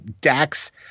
Dax